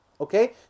Okay